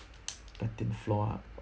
thirteen floor ah